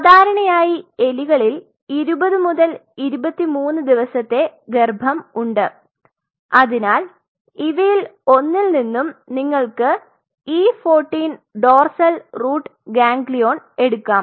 സാധാരണയായി എലികൾക്ക് 20 മുതൽ 23 ദിവസത്തെ ഗർഭം ഉണ്ട് അതിനാൽ ഇവയിൽ ഒന്നിൽ നിന്നും നിങ്ങൾക്ക് E 14 ഡോർസൽ റൂട്ട് ഗാംഗ്ലിഓൺ എടുകാം